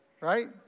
right